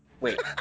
Wait